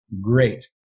Great